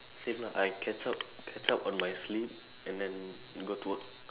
same lah I catch up catch up on my sleep and then go to work